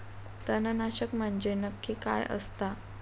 तणनाशक म्हंजे नक्की काय असता?